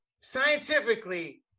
scientifically